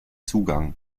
zugang